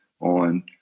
on